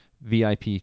VIP